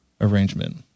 arrangement